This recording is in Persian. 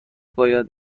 باید